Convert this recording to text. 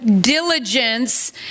diligence